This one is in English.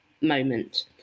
moment